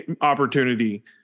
opportunity